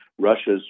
Russia's